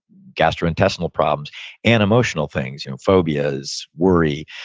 gastrointestinal problems and emotional things you know phobias, worry,